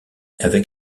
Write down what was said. avec